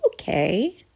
okay